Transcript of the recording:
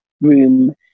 room